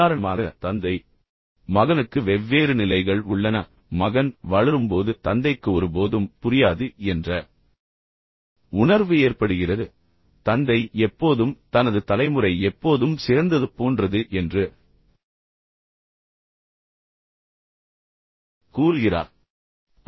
உதாரணமாக தந்தை மகனுக்கு வெவ்வேறு நிலைகள் உள்ளன மகன் வளரும் போது தந்தைக்கு ஒருபோதும் புரியாது என்ற உணர்வு ஏற்படுகிறது தந்தை எப்போதும் தனது தலைமுறை எப்போதும் சிறந்தது போன்றது என்று கூறுகிறார்